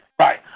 Right